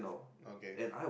okay